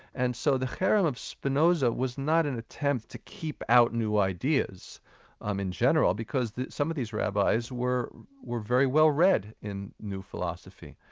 and so the cherem of spinoza was not an attempt to keep out new ideas um in general, because some of these rabbis were were very well read in new philosophy.